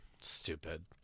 Stupid